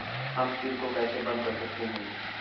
हम पिन को कैसे बंद कर सकते हैं?